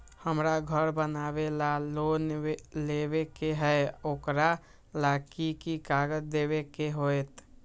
हमरा घर बनाबे ला लोन लेबे के है, ओकरा ला कि कि काग़ज देबे के होयत?